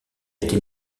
été